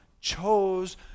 chose